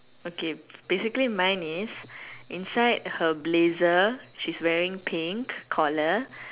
okay basically mine is inside her blazer she's wearing pink collar